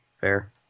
Fair